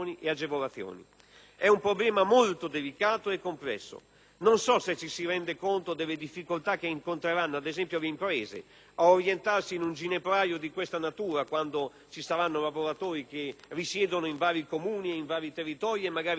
È un problema molto delicato e complesso. Non so se ci si rende conto delle difficoltà che incontreranno, ad esempio, le imprese ad orientarsi in un ginepraio di questa natura quando ci saranno lavoratori che risiedono in vari Comuni, territori e, magari, in diverse Regioni.